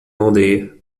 aldeia